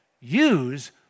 Use